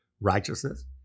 righteousness